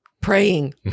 Praying